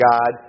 God